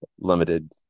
limited